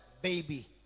baby